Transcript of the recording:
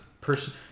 person